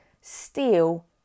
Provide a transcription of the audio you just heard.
steal